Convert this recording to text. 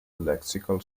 lexical